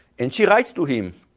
and she writes to him,